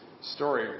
story